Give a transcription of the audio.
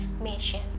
mission